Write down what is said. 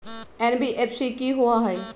NBFC कि होअ हई?